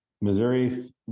Missouri